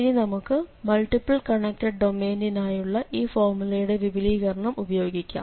ഇനി നമുക്ക് multiple connected ഡൊമെയ്നിനായുള്ള ഈ ഫോർമുലയുടെ വിപുലീകരണം ഉപയോഗിക്കാം